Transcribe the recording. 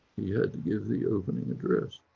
he had to give the opening address.